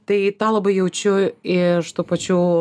tai tą labai jaučiu iš tų pačių